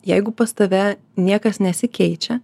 jeigu pas tave niekas nesikeičia